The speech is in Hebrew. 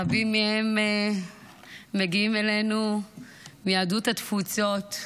רבים מהם מגיעים אלינו מיהדות התפוצות,